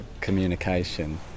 communication